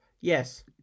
Yes